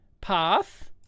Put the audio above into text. path